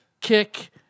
kick